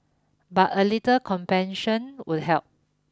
but a little compassion would help